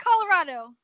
Colorado